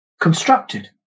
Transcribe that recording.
constructed